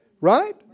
Right